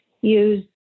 use